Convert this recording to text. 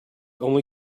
only